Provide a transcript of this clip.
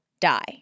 die